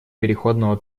переходного